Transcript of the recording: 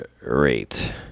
Rate